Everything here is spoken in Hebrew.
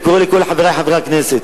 אני קורא לכל חברי חברי הכנסת,